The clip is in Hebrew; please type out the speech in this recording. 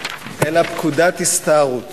אלא פקודת הסתערות